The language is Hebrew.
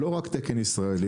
לא רק תקן ישראלי,